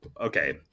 okay